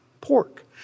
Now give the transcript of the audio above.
pork